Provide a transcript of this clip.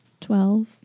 Twelve